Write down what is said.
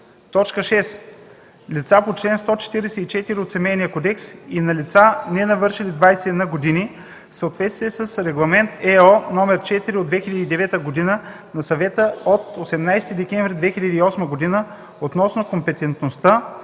6. лица по чл. 144 от Семейния кодекс и на лица, ненавършили 21 години, в съответствие с Регламент (ЕО) № 4 от 2009 г. на Съвета от 18 декември 2008 г. относно компетентността,